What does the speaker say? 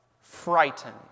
frightened